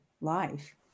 life